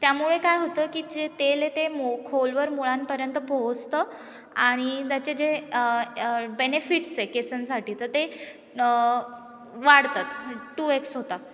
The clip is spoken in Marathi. त्यामुळे काय होतं की जे तेल आहे ते मो खोलवर मुळांपर्यंत पोहोचतं आणि त्याचे जे बेनेफिट्स आहे केसांसाठी तर ते वाढतात टू एक्स होतात